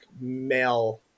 male